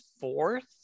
fourth